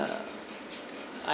err I~